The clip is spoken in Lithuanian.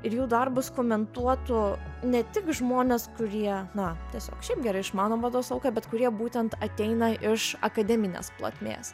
ir jų darbus komentuotų ne tik žmonės kurie na tiesiog šiaip gerai išmano mados lauką bet kurie būtent ateina iš akademinės plotmės